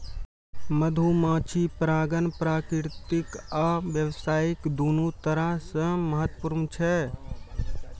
मधुमाछी परागण प्राकृतिक आ व्यावसायिक, दुनू तरह सं महत्वपूर्ण छै